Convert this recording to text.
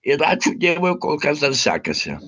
ir ačiū dievui kol kas dar sekasi